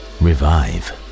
revive